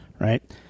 right